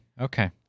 okay